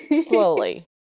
slowly